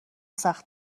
سخت